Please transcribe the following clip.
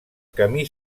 camí